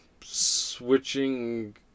Switching